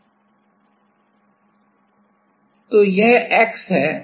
तो यह X है यह Y है